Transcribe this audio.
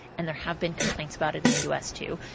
and there have been complaints about it in the u s, too.